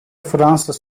fransız